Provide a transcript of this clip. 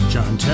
John